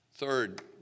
Third